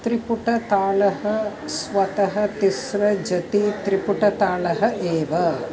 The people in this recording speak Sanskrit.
त्रिपुटतालः स्वतः तिस्रजतित्रिपुटतालः एव